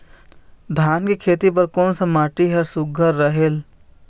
धान के खेती बर कोन सा माटी हर सुघ्घर रहेल?